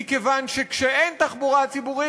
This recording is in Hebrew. מכיוון שכשאין תחבורה ציבורית,